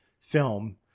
film